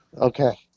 Okay